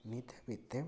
ᱱᱤᱛ ᱦᱟᱹᱵᱤᱡ ᱛᱮ